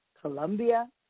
Colombia